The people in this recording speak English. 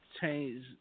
Change